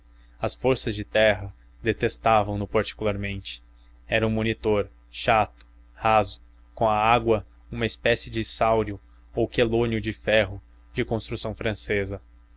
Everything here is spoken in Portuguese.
as forças de terra detestavam no particularmente era um monitor chato raso com a água uma espécie de sáurio ou quelônio de ferro de construção francesa